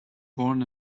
born